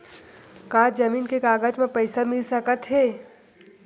का जमीन के कागज म पईसा मिल सकत हे?